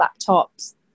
laptops